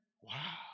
Wow